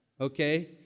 okay